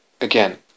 again